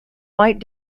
might